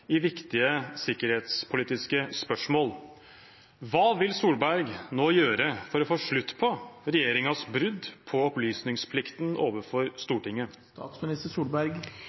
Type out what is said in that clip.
i viktige sikkerhetspolitiske spørsmål. Hva vil Solberg nå gjøre for å få slutt på regjeringens brudd på opplysningsplikten overfor Stortinget?